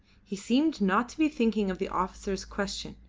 he seemed not to be thinking of the officer's question.